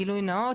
גילוי נאות,